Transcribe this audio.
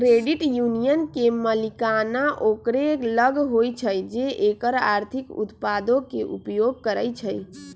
credit union के मलिकाना ओकरे लग होइ छइ जे एकर आर्थिक उत्पादों के उपयोग करइ छइ